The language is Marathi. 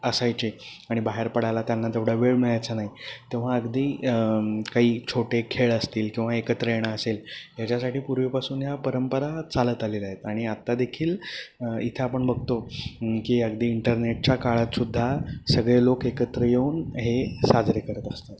असायचे आणि बाहेर पडायला त्यांना तेवढा वेळ मिळायचा नाही तेव्हा अगदी काही छोटे खेळ असतील किंवा एकत्र येणं असेल ह्याच्यासाठी पूर्वीपासून या परंपरा चालत आलेल्या आहेत आणि आता देखील इथे आपण बघतो की अगदी इंटरनेटच्या काळात सुद्धा सगळे लोक एकत्र येऊन हे साजरे करत असतात